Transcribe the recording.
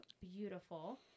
beautiful